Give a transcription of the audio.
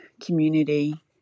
community